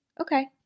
Okay